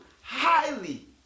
highly